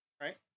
right